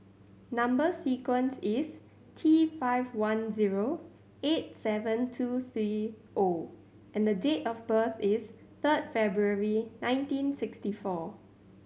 number sequence is T five one zero eight seven two three O and date of birth is third February nineteen sixty four